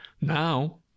now